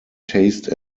taste